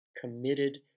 committed